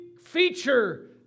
feature